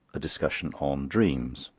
a discussion on dreams.